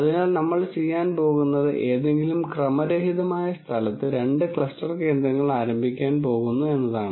അതിനാൽ നമ്മൾ ചെയ്യാൻ പോകുന്നത് ഏതെങ്കിലും ക്രമരഹിതമായ സ്ഥലത്ത് രണ്ട് ക്ലസ്റ്റർ കേന്ദ്രങ്ങൾ ആരംഭിക്കാൻ പോകുന്നു എന്നതാണ്